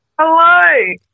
Hello